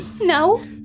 No